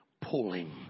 pulling